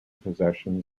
possession